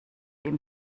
ihm